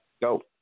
Go